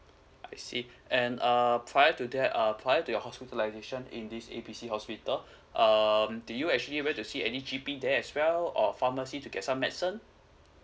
I see and uh prior to that prior to your hospitalization in this A B C hospital um do you actually went to see any G_P there as well or pharmacy to get some medicine